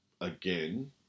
Again